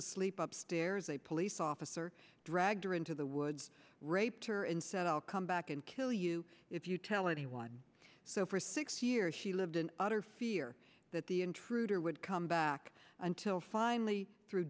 asleep upstairs a police officer dragged her into the woods raped her and said i'll come back and kill you if you tell anyone so for six years she lived in utter fear that the intruder would come back until finally through